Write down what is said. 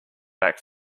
back